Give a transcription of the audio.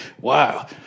Wow